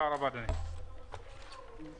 הישיבה ננעלה בשעה